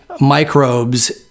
microbes